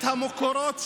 את המקורות שלו,